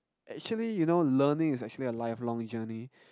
actually you know learning is actually a lifelong jurney